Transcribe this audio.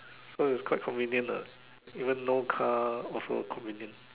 so it's quite convenient ah even no cars also inconvenient